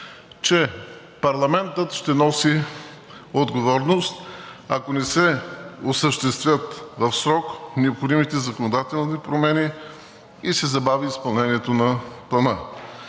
че парламентът ще носи отговорност, ако не се осъществят в срок необходимите законодателни промени и се забави изпълнението на Плана.